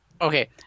Okay